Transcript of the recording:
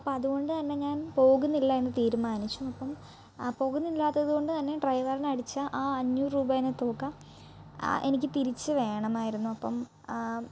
അപ്പം അതുകൊണ്ടു തന്നെ ഞാൻ പോകുന്നില്ല എന്ന് തീരുമാനിച്ചു അപ്പം ആ പോകുന്നില്ലാത്തതു കൊണ്ട് തന്നെ ഡ്രൈവറിനടച്ച ആ അഞ്ഞൂറ് രൂപ എന്ന തൂക എനിക്ക് തിരിച്ച് വേണമായിരുന്നു അപ്പം